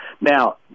Now